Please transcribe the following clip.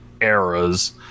eras